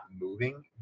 moving